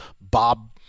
Bob